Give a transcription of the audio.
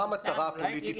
נו, ניצן, הוא לא יגיד לך.